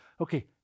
okay